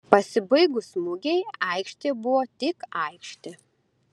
pasibaigus mugei aikštė buvo tik aikštė